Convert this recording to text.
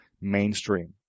mainstream